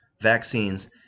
vaccines